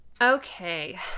Okay